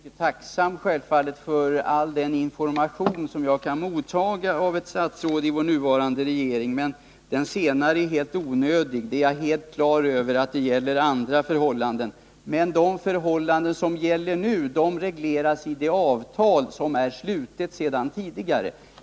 Herr talman! Jag är självfallet tacksam för all den information som jag kan motta av ett statsråd i vår nuvarande regering, men den senaste informationen var helt onödig. Jag är fullständigt på det klara med att det rör sig om andra förhållanden. Vad som gäller nu regleras i det avtal som slutits redan tidigare.